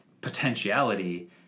potentiality